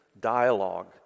dialogue